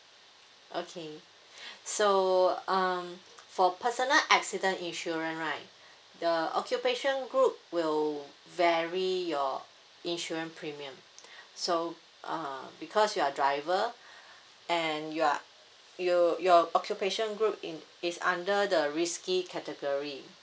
okay so um for personal accident insurance right the occupation group will vary your insurance premium so uh because you're a driver and you are you your occupation group in is under the risky category